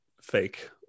fake